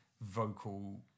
vocal